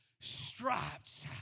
stripes